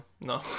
No